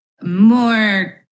More